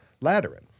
Lateran